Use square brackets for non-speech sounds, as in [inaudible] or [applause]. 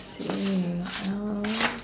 same [noise]